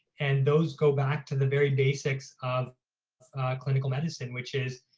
and those go back to the very basics of clinical medicine, which is